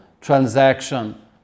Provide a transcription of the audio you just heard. transaction